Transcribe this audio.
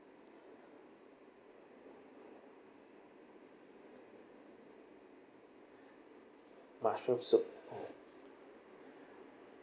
mushroom soup